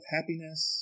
Happiness